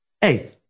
Hey